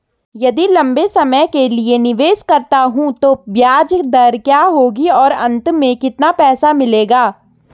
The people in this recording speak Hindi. यदि लंबे समय के लिए निवेश करता हूँ तो ब्याज दर क्या होगी और अंत में कितना पैसा मिलेगा?